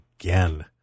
Again